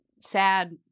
sad